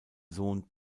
sohn